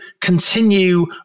continue